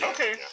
Okay